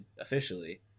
officially